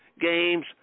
games